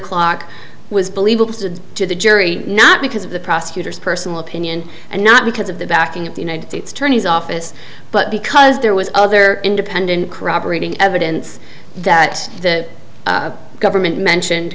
clock was believable to the jury not because of the prosecutor's personal opinion and not because of the backing of the united states attorney's office but because there was other independent corroborating evidence that the government mentioned